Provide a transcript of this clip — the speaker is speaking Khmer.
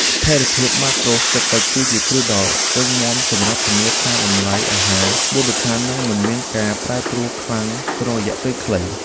ស្ថិរភាពម៉ាក្រូសេដ្ឋកិច្ច គឺជាគ្រឹះដ៏រឹងមាំសម្រាប់ធានាថាតម្លៃអាហារមូលដ្ឋាននឹងមិនមានការប្រែប្រួលខ្លាំងក្នុងរយៈពេលខ្លី។